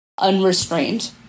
unrestrained